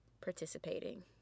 participating